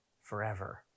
forever